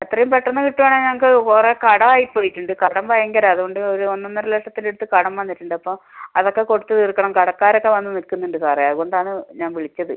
എത്രയും പെട്ടെന്ന് കിട്ടുകയാണേൽ നമുക്ക് കുറെ കടമായി പോയിട്ടുണ്ട് കടം ഭയങ്കരമാണ് അതുകൊണ്ട് ഒരു ഒന്നൊന്നര ലക്ഷത്തിൻ്റെ അടുത്ത് കടം വന്നിട്ടുണ്ട് അപ്പം അതൊക്കെ കൊടുത്ത് തീർക്കണം കടക്കാരൊക്കെ വന്ന് നിൽക്കുന്നുണ്ട് സാറേ അതുകൊണ്ടാണ് ഞാൻ വിളിച്ചത്